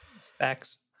Facts